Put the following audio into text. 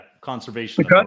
Conservation